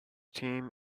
team